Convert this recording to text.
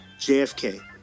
jfk